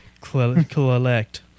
collect